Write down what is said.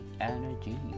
energy